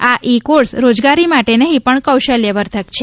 આ e course રોજગારી માટે નહિ પણ કોશલ્યવર્ધક છે